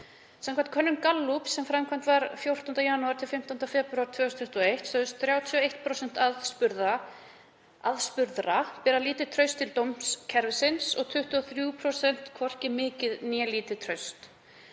Samkvæmt könnun Gallups, sem framkvæmd var 14. janúar til 15. febrúar 2021, sögðust 31% aðspurðra bera lítið traust til dómskerfisins og 23% hvorki mikið né lítið traust.